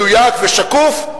מדויק ושקוף,